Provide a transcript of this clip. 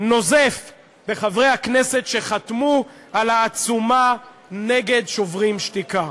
נוזף בחברי הכנסת שחתמו על העצומה נגד "שוברים שתיקה".